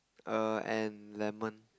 err and lemon